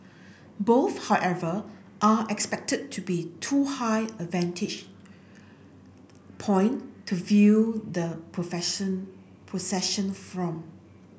both however are expected to be too high a vantage point to view the profession procession from